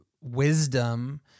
wisdom